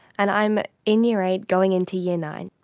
and i'm in year eight, going into year nine.